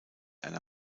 einer